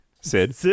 Sid